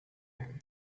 him